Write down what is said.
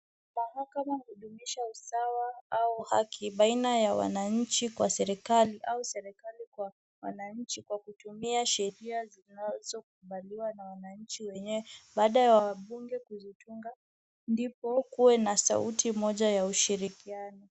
Mahakama hudhumisha usawa au haki baina ya wananchi kwa serikali au serikali kwa mwananchi kwa kutumia sheria zinazokibaliwa na wanchi wenyewe. Baada ya wabunge kuzitunga ndipo kuwe na sauti moja ya ushirikiano.